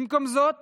במקום זאת